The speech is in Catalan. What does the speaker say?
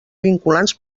vinculants